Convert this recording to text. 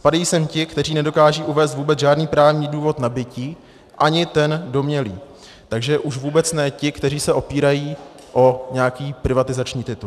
Spadají sem ti, kteří nedokážou uvést vůbec žádný právní důvod nabytí, ani ten domnělý, takže už vůbec ne ti, kteří se opírají o nějaký privatizační titul.